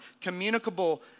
Communicable